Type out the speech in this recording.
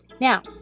Now